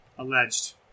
Alleged